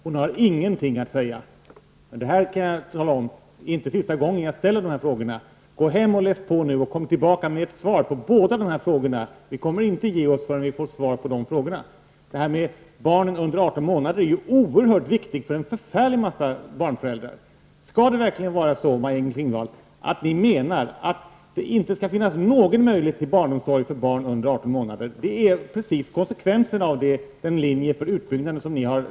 Hon har ingenting att säga! Det här, kan jag tala om, är inte sista gången jag ställer de frågorna. Gå hem och läs på nu och kom tillbaka med ett svar på båda de frågorna! Vi kommer inte att ge oss förrän vi har fått svar på dem. Hur det är med barnen under 18 månaders ålder är ju oerhört viktigt för en förfärlig massa föräldrar. Menar ni, Maj-Inger Klingvall, att det inte skall finnas någon möjlighet till barnomsorg för barn under 18 månader? Det är konsekvensen av den linje för utbyggnaden som ni följer.